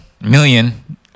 million